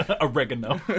oregano